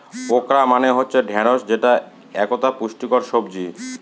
okra মানে হচ্ছে ঢ্যাঁড়স যেটা একতা পুষ্টিকর সবজি